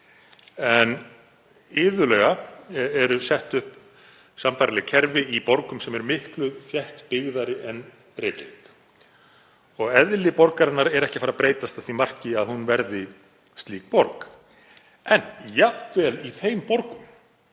En iðulega eru sett upp sambærileg kerfi í borgum sem eru miklu þéttbyggðari en Reykjavík. Eðli borgarinnar er ekki að fara að breytast að því marki að hún verði slík borg. En jafnvel í þeim borgum